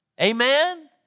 Amen